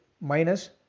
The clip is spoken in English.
minus